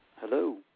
Hello